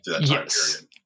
Yes